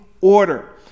order